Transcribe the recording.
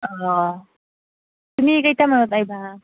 অঁ তুমি কেইটামানত আহিবা